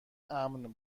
امن